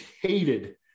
hated